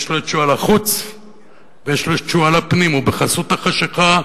יש לו שועל החוץ ויש לו שועל הפנים, ובחסות החשכה